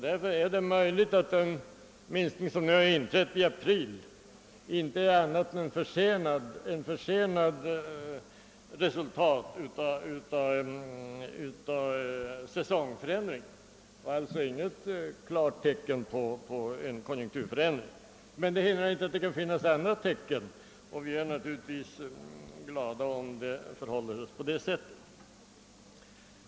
Därför är det möjligt att den minskning som nu har inträtt i april inte är annat än en försenad följd av säsongförskjutningarna och alltså inte ett klart tecken på en konjunkturförändring. Men det hindrar inte att det kan finnas andra tecken härpå, och vi är naturligtvis glada om det förhåller sig på det sättet.